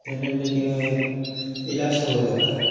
देने में लेकिन इलाज तो हो जाता है